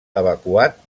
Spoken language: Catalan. evacuat